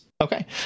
Okay